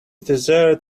dessert